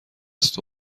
است